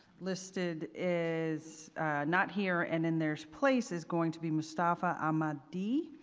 listed is not here and in their place is going to be mostafa ahmadi.